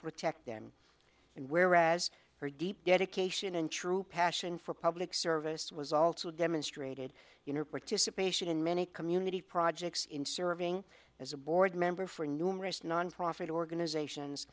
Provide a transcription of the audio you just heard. protect them and whereas her deep dedication and true passion for public service was also demonstrated your participation in many community projects in serving as a board member for numerous nonprofit organizations